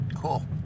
cool